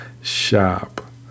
shop